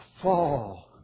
Fall